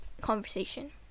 conversation